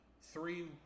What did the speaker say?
three